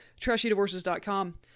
trashydivorces.com